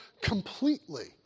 completely